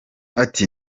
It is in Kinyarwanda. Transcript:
ati